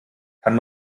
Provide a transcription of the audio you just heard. kann